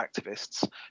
activists